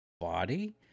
body